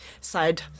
side